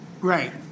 right